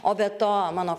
o be to mano